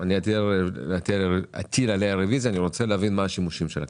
אני מבין שזאת לא מקדמה על ביצוע תוכנית ההבראה.